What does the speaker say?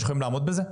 שיכולות לעמוד בזה?